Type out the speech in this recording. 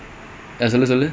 you all play